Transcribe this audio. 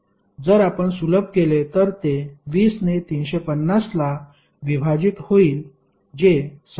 जर आपण सुलभ केले तर हे 20 ने 350 ला विभाजित होईल जे 17